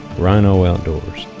rhino outdoors